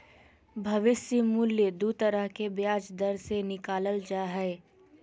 भविष्य मूल्य दू तरह के ब्याज दर से निकालल जा हय